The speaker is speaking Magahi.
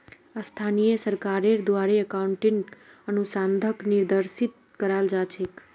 स्थानीय सरकारेर द्वारे अकाउन्टिंग अनुसंधानक निर्देशित कराल जा छेक